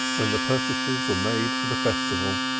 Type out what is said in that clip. when the purchases were made for the festival,